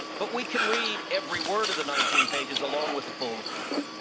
but we can read every word of the nineteen pages along with the full report.